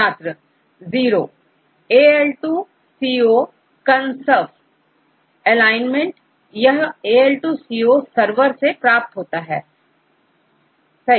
छात्र zero AL 2 CO Consurf alignment यह AL2CO serverसे प्राप्त होता है